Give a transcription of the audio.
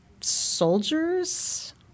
soldiers